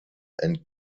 and